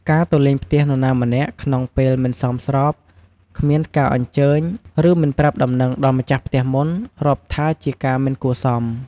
ការទៅលេងផ្ទះនរណាម្នាក់ក្នុងពេលមិនសមស្រប គ្មានការអញ្ជើញ ឬ មិនប្រាប់ដំណឹងដល់ម្ចាស់ផ្ទះមុន រាប់ថាជាការមិនគួរសម។